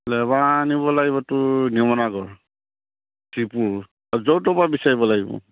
labour আনিব লাগিবতো নিমনাগৰ ত্ৰিপুৰ য'ৰ ত'ৰ পৰা বিচাৰিব লাগিব